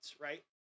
right